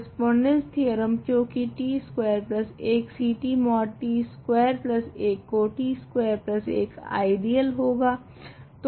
correspondence theorem क्योकि t square 1 Ct mod t square 1 का t square 1 ideal होगा